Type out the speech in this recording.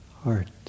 heart